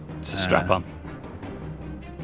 strap-on